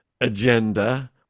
agenda